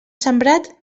sembrat